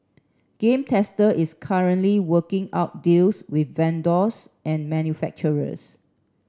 Game Tester is currently working out deals with vendors and manufacturers